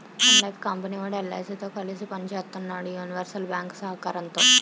Sun Life company వోడు ఎల్.ఐ.సి తో కలిసి పని సేత్తన్నాడు యూనివర్సల్ బ్యేంకు సహకారంతో